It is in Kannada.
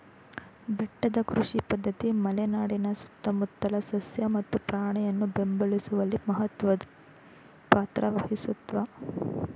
ಬೆಟ್ಟದ ಕೃಷಿ ಪದ್ಧತಿ ಮಲೆನಾಡಿನ ಸುತ್ತಮುತ್ತಲ ಸಸ್ಯ ಮತ್ತು ಪ್ರಾಣಿಯನ್ನು ಬೆಂಬಲಿಸುವಲ್ಲಿ ಮಹತ್ವದ್ ಪಾತ್ರ ವಹಿಸುತ್ವೆ